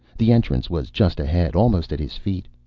the entrance was just ahead. almost at his feet.